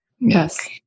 Yes